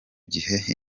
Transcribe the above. gihe